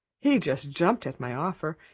he just jumped at my offer.